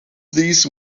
these